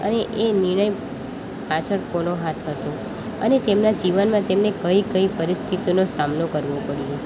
અને એ નિર્ણય પાછળ કોનો હાથ હતો અને તેમના જીવનમાં તેમને કઈ કઈ પરિસ્થિતિઓનો સામનો કરવો પડ્યો